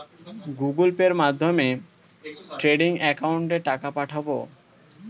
Google পের মাধ্যমে trading একাউন্টে টাকা পাঠাবো?